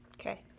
Okay